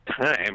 Time